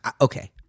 Okay